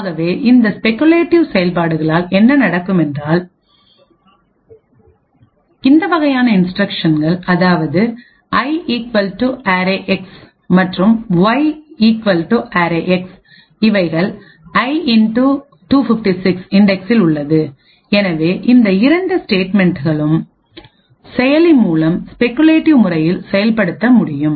ஆகவே இந்த ஸ்பெகுலேட்டிவ் செயல்பாடுகளால் என்ன நடக்கும் என்றால் இந்த வகையான இன்ஸ்டிரக்ஷன்கள் அதாவது I equal to array X I equal to arrayX மற்றும் Y equal to array X Y equal to arrayX இவைகள் I 256 இன்டெக்ஸ்சில் உள்ளது எனவே இந்த இரண்டு ஸ்டேட்மென்ட்களும் செயலி மூலம் ஸ்பெகுலேட்டிவ் முறையில் செயல்படுத்த முடியும்